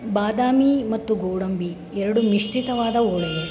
ಬಾದಾಮಿ ಮತ್ತು ಗೋಡಂಬಿ ಎರಡು ಮಿಶ್ರಿತವಾದ ಹೋಳಿಗೆ